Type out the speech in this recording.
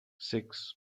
six